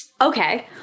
okay